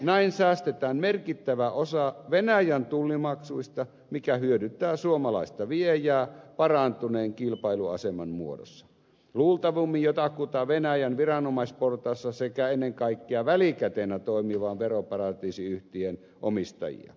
näin säästetään merkittävä osa venäjän tullimaksuista mikä hyödyttää suomalaista viejää parantuneen kilpailuaseman muodossa luultavimmin jotakuta venäjän viranomaisportaassa sekä ennen kaikkea välikätenä toimivan veroparatiisiyhtiön omistajia